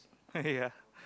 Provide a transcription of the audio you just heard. ya